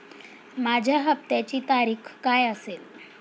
माझ्या हप्त्याची तारीख काय असेल?